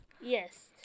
Yes